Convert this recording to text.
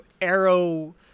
Arrow